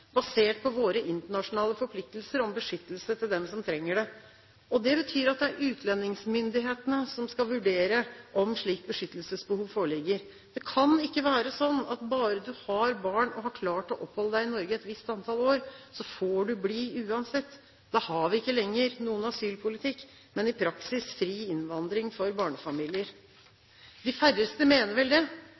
basert på våre internasjonale forpliktelser om beskyttelse for dem som trenger det. Det betyr at det er utlendingsmyndighetene som skal vurdere om et slikt beskyttelsesbehov foreligger. Det kan ikke være slik at bare du har barn og har klart å oppholde deg i Norge et visst antall år, så får du bli uansett. Da har vi ikke lenger noen asylpolitikk, men i praksis fri innvandring for barnefamilier. De færreste mener vel det,